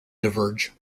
diverge